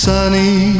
Sunny